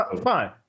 Fine